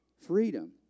freedom